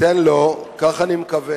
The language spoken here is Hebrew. תיתן לו, כך אני מקווה,